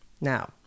Now